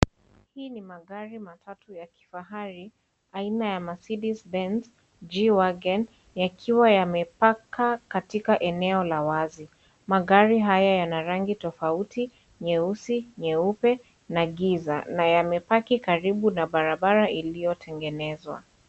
Hii ni magari matatu ya kifahari aina ya Mercedes Benz G-Wagon, yakiwa wamepaka katika eneo la wazi, magari haya yana rangi tofauti nyeusi, nyeupe na giza na yamepaki karibu na barabara iliyotengenezwa.